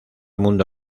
mundo